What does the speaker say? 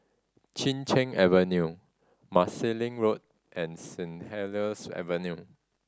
Chin Cheng Avenue Marsiling Road and Saint Helier's Avenue